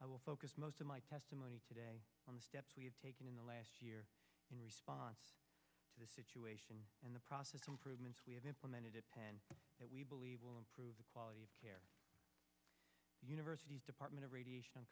i will focus most of my testimony today on the steps we have taken in the last year in response to a situation in the process improvements we have implemented that we believe will improve the quality of care university's department of radiation